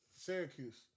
Syracuse